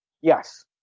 Yes